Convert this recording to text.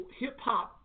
hip-hop